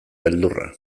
beldurra